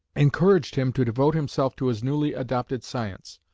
encouraged him to devote himself to his newly adopted science,